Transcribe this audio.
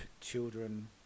children